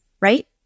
right